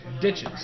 ditches